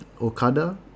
Okada